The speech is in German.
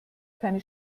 keine